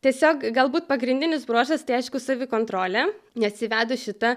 tiesiog galbūt pagrindinis bruožas tai aišku savikontrolė nes įvedus šitą